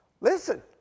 Listen